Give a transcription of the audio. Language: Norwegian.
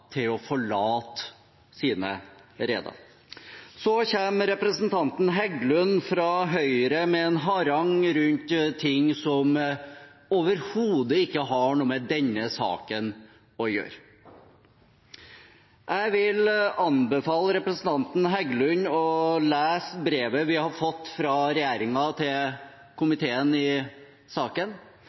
til å forlate sine reder. Så kommer representanten Heggelund fra Høyre med en harang rundt ting som overhodet ikke har noe med denne saken å gjøre. Jeg vil anbefale representanten Heggelund å lese brevet komiteen har fått fra regjeringen i saken,